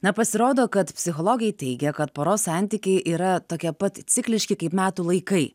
na pasirodo kad psichologai teigia kad poros santykiai yra tokie pat cikliški kaip metų laikai